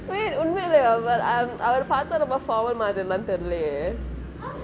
wait உண்மைலெவா:unmeilevaa but அவ~ அவரே பார்தா ரொம்ப:ava~ avaru paarthe rombe formal மாதிரிலே தெர்லெயே:maathirilae terleya